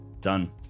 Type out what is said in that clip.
Done